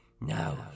Now